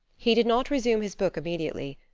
he did not resume his book immediately,